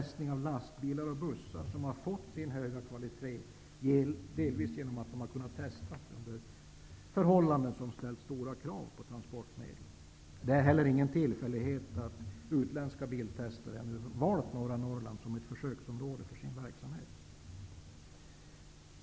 Svenska lastbilar och bussar har fått sin höga kvalitet delvis genom att de kunnat testas under förhållanden som har ställt stora krav på dylika transportmedel. Det är heller ingen tillfällighet att utländska biltestare nu valt norra Norrland som ett försöksområde för sin verksamhet.